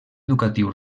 educatiu